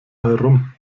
herum